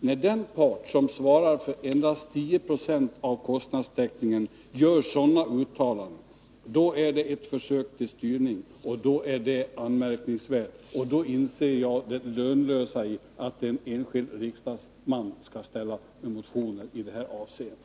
När den part som svarar för endast 10 96 av kostnadstäckningen gör sådana uttalanden, är det ett försök till styrning, vilket är anmärkningsvärt. Då inser jag det lönlösa i att en enskild riksdagsman motionerar i detta avseende.